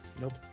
Nope